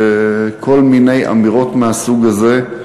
כל מיני אמירות מהסוג הזה,